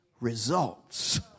results